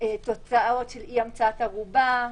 זה כתוב פה בצורה משפטית,